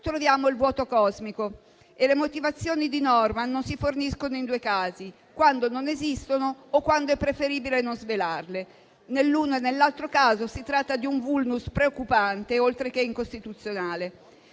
troviamo il vuoto cosmico. Di norma, le motivazioni non si forniscono in due casi: quando non esistono o quando è preferibile non svelarle; nell'uno e nell'altro caso si tratta di un *vulnus* preoccupante, oltre che incostituzionale.